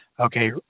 Okay